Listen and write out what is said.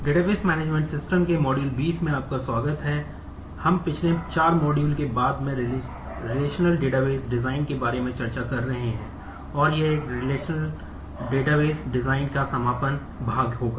database management system का समापन भाग होगा